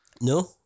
no